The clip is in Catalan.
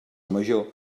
major